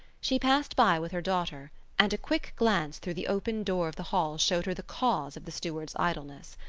she passed by with her daughter and a quick glance through the open door of the hall showed her the cause of the stewards' idleness.